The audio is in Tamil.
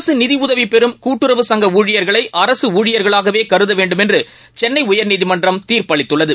அரசுநிதியுதவிபெறும் கூட்டுறவு சங்கஊழியர்களைஅரசுஊழியர்களாகவேகருதவேண்டும் என்றுசென்னைஉயர்நீதிமன்றம் தீர்ப்பு அளித்துள்ளது